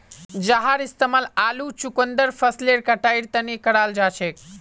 जहार इस्तेमाल आलू चुकंदर फसलेर कटाईर तने तैयार कराल जाछेक